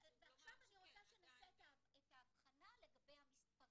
--- עכשיו אני רוצה שנעשה את ההבחנה לגבי המספרים.